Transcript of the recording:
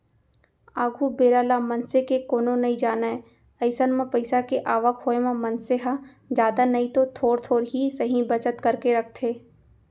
आघु बेरा ल मनसे के कोनो नइ जानय अइसन म पइसा के आवक होय म मनसे ह जादा नइतो थोर थोर ही सही बचत करके रखथे